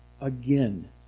again